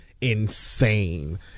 insane